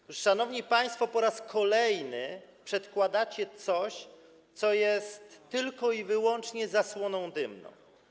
Otóż, szanowni państwo, po raz kolejny przedkładacie coś, co jest tylko i wyłącznie zasłoną dymną.